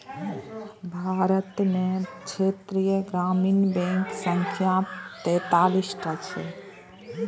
भारत मे क्षेत्रीय ग्रामीण बैंकक संख्या तैंतालीस टा छै